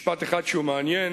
משפט אחד שהוא מעניין.